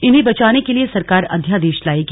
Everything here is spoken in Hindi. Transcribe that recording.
इन्हें बचाने के लिए सरकार अध्यादेश लाएगी